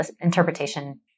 interpretation